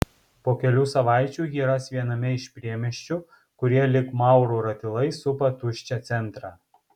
po kelių savaičių jį ras viename iš priemiesčių kurie lyg maurų ratilai supa tuščią centrą